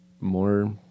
more